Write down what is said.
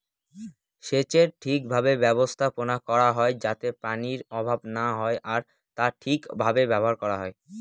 সেচের ঠিক ভাবে ব্যবস্থাপনা করা হয় যাতে পানির অভাব না হয় আর তা ঠিক ভাবে ব্যবহার করা হয়